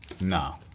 No